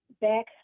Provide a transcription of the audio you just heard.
back